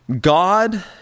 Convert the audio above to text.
God